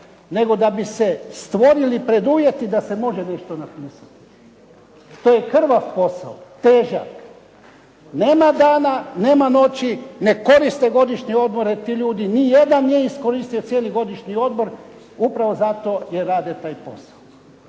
nego da bi se stvorili preduvjeti da se može nešto napisati. To je krvav posao, težak. Nema dana, nema noći, ne koriste godišnje odmore ti ljudi. Ni jedan nije iskoristio cijeli godišnji odmor upravo zato jer rade taj posao.